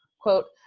quote,